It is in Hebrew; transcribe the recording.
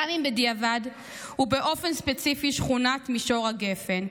גם אם בדיעבד ובאופן ספציפי שכונת מישור הגפן,